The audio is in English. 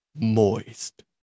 Moist